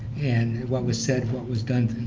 and what was said, what was done,